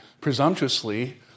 presumptuously